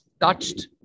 touched